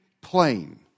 plain